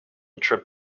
trip